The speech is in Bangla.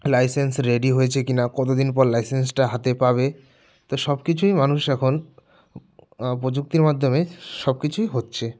লাইসেন্স রেডি হয়েছে কি না কতো দিন পর লাইসেন্সটা হাতে পাবে তো সব কিছুই মানুষ এখন প্রযুক্তির মাধ্যমেই সব কিছুই হচ্ছে